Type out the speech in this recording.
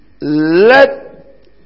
let